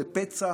לפצע